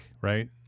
right